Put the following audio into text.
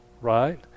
Right